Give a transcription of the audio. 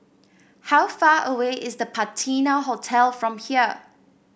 how far away is The Patina Hotel from here